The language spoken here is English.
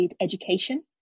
education